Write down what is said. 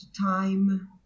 time